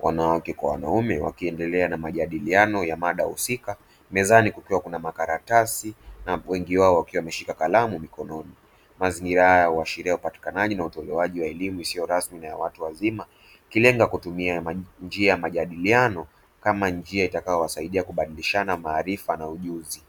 wanawake kwa wanaume wakiendelea na majadiliano ya mada husika, mezani kukiwa kuna makaratasi na wengi wao wakiwa wameshika kalamu mikononi, mazingira haya yanaashiria upatikanaji na utolewaji wa elimu isiyo rasmi na ya watu wazima ikilenga kutumia njia ya majadiliano kama njia itakayowasaidia kubadilishana maarifa na ujuzi.